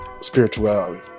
spirituality